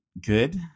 good